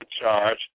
charge